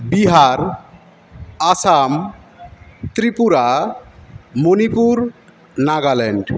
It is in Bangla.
বিহার আসাম ত্রিপুরা মণিপুর নাগাল্যান্ড